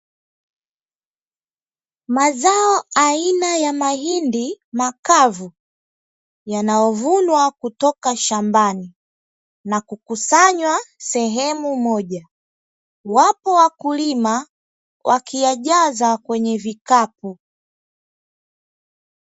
Mazao aina ya mahindi makavu yanayovunwa kutoka shambani, na kukusanywa sehemu moja, wapo wakulima wakiyajaza kwenye Vikapu.